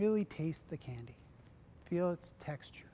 really taste the candy feel its texture